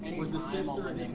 sister and